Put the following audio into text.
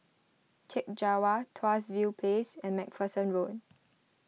Chek Jawa Tuas View Place and MacPherson Road